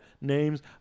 names